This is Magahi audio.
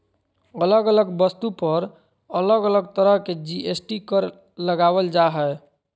अलग अलग वस्तु पर अलग अलग तरह के जी.एस.टी कर लगावल जा हय